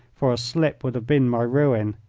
for a slip would have been my ruin.